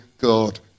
God